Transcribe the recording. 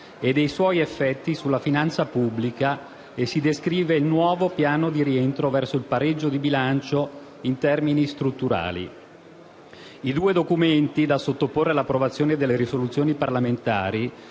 e dei suoi effetti sulla finanza pubblica e si descrive il nuovo piano di rientro verso il pareggio di bilancio in termini strutturali. I due documenti, da sottoporre all'approvazione delle risoluzioni parlamentari,